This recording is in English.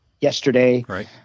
yesterday